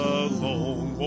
alone